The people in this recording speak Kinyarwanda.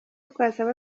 twasaba